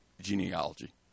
genealogy